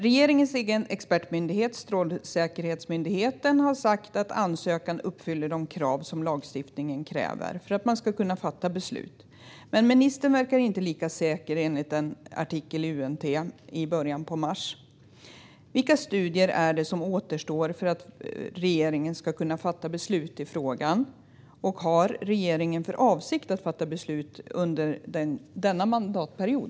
Regeringens egen expertmyndighet, Strålsäkerhetsmyndigheten, har sagt att ansökan uppfyller de krav som lagstiftningen ställer för att fatta beslut. Men ministern verkar inte lika säker, enligt en artikel i UNT i början av mars. Vilka studier återstår för att regeringen ska kunna fatta i beslut i frågan? Har regeringen för avsikt att fatta beslut under denna mandatperiod?